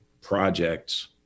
projects